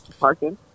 parking